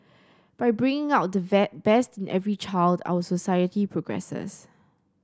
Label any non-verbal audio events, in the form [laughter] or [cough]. by bringing out the [unintelligible] best in every child our society progresses